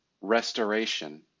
restoration